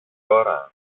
ώρα